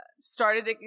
started